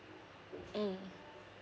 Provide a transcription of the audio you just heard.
mm